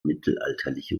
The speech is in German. mittelalterliche